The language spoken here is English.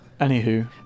Anywho